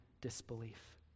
disbelief